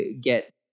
get